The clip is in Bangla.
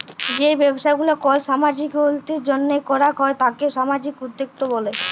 যেই ব্যবসা গুলা কল সামাজিক উল্যতির জন্হে করাক হ্যয় তাকে সামাজিক উদ্যক্তা ব্যলে